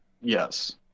Yes